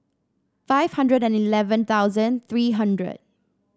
five hundred and eleven thousand three hundred